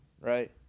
right